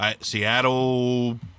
Seattle